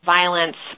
violence